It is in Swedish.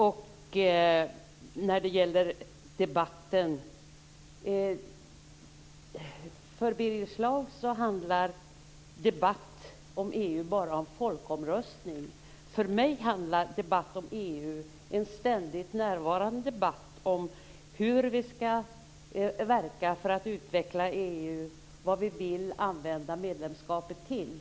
För Birger Schlaug handlar debatten om EU bara om folkomröstning. För mig handlar debatten om EU, en ständigt närvarande debatt, om hur vi skall verka för att utveckla EU, vad vi vill använda medlemskapet till.